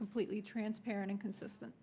completely transparent and consistent